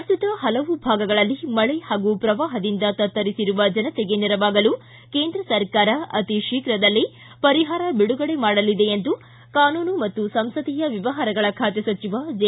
ರಾಜ್ಯದ ಹಲವು ಭಾಗಗಳಲ್ಲಿ ಮಳೆ ಹಾಗೂ ಪ್ರವಾಹದಿಂದ ತತ್ತರಿಸಿರುವ ಜನತೆಗೆ ನೆರವಾಗಲು ಕೇಂದ್ರ ಸರ್ಕಾರ ಅತೀ ಶೀಘದಲ್ಲೇ ಪರಿಹಾರ ಬಿಡುಗಡೆ ಮಾಡಲಿದೆ ಎಂದು ಕಾನೂನು ಮತ್ತು ಸಂಸದೀಯ ವ್ಯವಹಾರಗಳ ಖಾತೆ ಸಚಿವ ಜೆ